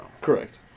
Correct